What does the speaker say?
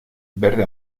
verde